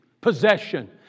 possession